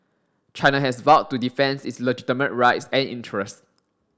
China has vowed to defends its legitimate rights and interests